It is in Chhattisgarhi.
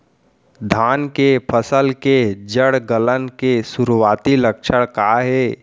धान के फसल के जड़ गलन के शुरुआती लक्षण का हे?